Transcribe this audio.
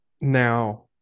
Now